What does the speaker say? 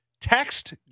text